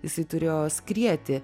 jisai turėjo skrieti